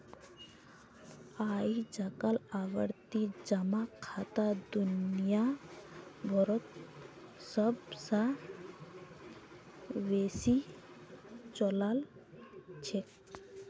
अइजकाल आवर्ती जमा खाता दुनिया भरोत सब स बेसी चलाल छेक